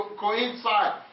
coincide